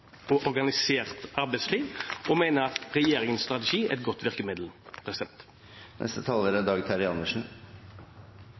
og organisert arbeidsliv og mener at regjeringens strategi er et godt virkemiddel.